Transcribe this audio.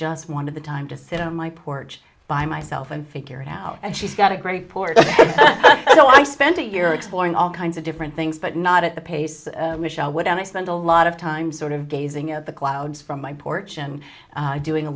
just wanted the time to sit on my porch by myself and figure it out and she's got a great port so i spent a year exploring all kinds of different things but not at the pace michel would i spend a lot of time sort of gazing at the clouds from my porch and doing a